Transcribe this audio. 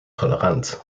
toleranz